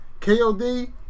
KOD